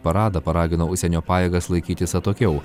paradą paragino užsienio pajėgas laikytis atokiau